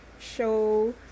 show